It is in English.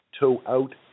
toe-out